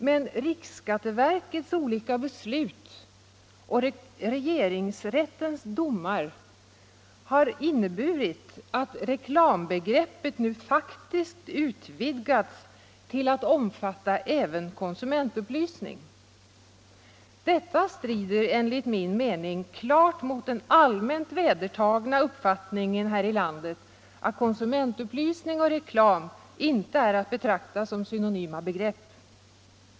Men riksskatteverkets olika beslut och regeringsrättens domar har inneburit att reklambegreppet nu faktiskt utvidgats till att omfatta även konsumentupplysning. Detta strider enligt min mening klart mot den allmänt vedertagna uppfattningen här i landet att konsumentupplysning och reklam inte är att betrakta som synonyma begrepp.